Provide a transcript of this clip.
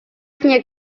nie